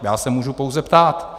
Já se můžu pouze ptát.